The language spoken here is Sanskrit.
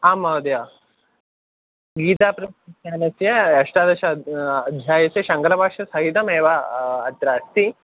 आम् महोदय गीता प्रेस् पुस्तकालयस्य अष्टादश अध्यायस्य शङ्करभाष्यसहितमेव अत्र अस्ति